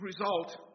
result